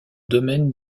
domaine